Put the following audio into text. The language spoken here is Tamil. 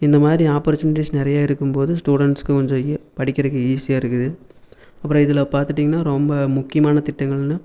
இந்த மாதிரி ஆப்பர்ச்சுனிட்டிஸ் நிறைய இருக்கும் போது ஸ்டூடண்ட்ஸ்க்கு கொஞ்சம் படிக்கிறதுக்கு ஈஸியாக இருக்குது அப்புறம் இதில் பார்த்துட்டீங்கன்னா ரொம்ப முக்கியமான திட்டங்கள்ன்னா